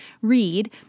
read